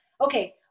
okay